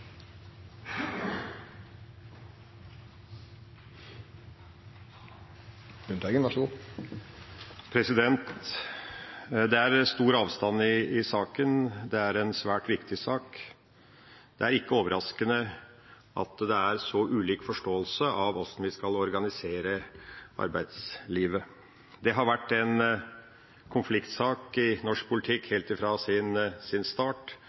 en svært viktig sak. Det er ikke overraskende at det er så ulik forståelse av hvordan vi skal organisere arbeidslivet. Det har vært en konfliktsak i norsk politikk